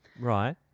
Right